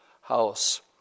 house